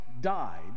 died